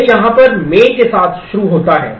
यह यहाँ पर main के साथ शुरू होता है